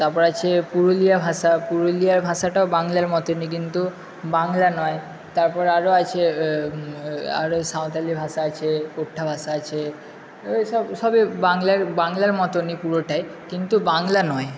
তারপর আছে পুরুলিয়া ভাষা পুরুলিয়ার ভাষাটাও বাংলার মতনই কিন্তু বাংলা নয় তারপর আরো আছে আরো সাঁওতালি ভাষা আছে খোর্থা ভাষা আছে ওই সব সবে বাংলার বাংলার মতনই পুরোটাই কিন্তু বাংলা নয়